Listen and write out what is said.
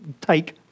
take